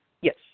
Yes